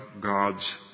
God's